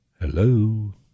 Hello